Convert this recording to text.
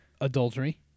Adultery